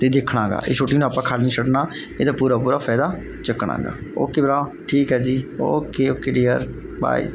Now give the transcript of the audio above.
ਅਤੇ ਦੇਖਣਾ ਹੈਗਾ ਇਹ ਛੁੱਟੀ ਨੂੰ ਆਪਾਂ ਖਾਲੀ ਨਹੀਂ ਛੱਡਣਾ ਇਹਦਾ ਪੂਰਾ ਪੂਰਾ ਫਾਇਦਾ ਚੱਕਣਾ ਹੈਗਾ ਓਕੇ ਭਰਾ ਠੀਕ ਆ ਜੀ ਓਕੇ ਓਕੇ ਡੀਅਰ ਬਾਏ